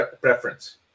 preference